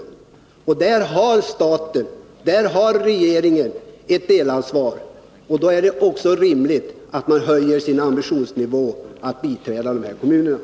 Där har staten och regeringen ett delansvar. Och då är det också rimligt att höja ambitionsnivån när det gäller att biträda dessa kommuner.